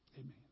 Amen